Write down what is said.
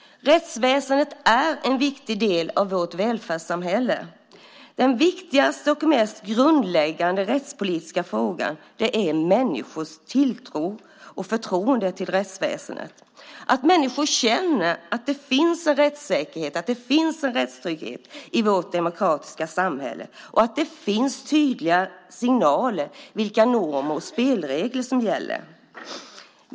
Rättsväsendet är en viktig del av vårt välfärdssamhälle. Den viktigaste och mest grundläggande rättspolitiska frågan gäller människors tilltro till och förtroende för rättsväsendet. Det handlar om att människor känner att det finns en rättssäkerhet, att det finns en rättstrygghet i vårt demokratiska samhälle och att det finns tydliga signaler om vilka normer och spelregler som gäller.